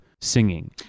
singing